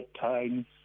time